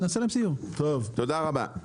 תודה רבה.